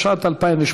10), התשע"ט 2019,